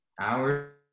hours